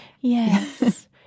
yes